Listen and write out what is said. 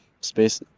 Space